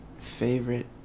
favorite